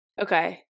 Okay